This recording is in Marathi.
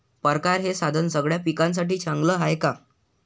परकारं हे साधन सगळ्या पिकासाठी चांगलं हाये का?